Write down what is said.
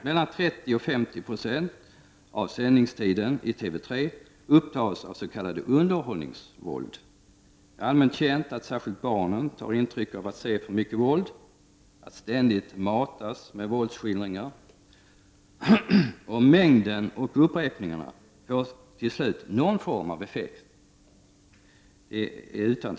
Mellan 30 och 50 26 av sändningstiden i TV 3 upptas av s.k. underhållningsvåld. Det är allmänt känt att särskilt barnen tar intryck av att se för mycket våld, att ständigt matas med våldsskildringar. Mängden och upprepningarna får till slut någon form av effekt.